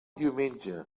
diumenge